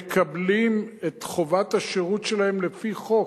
שממלאים את חובת השירות שלהם לפי חוק,